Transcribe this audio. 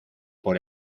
por